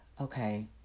okay